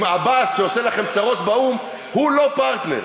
עם עבאס, שעושה לכם צרות באו"ם, הוא לא פרטנר.